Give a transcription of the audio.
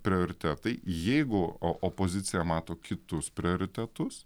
prioritetai jeigu o opozicija mato kitus prioritetus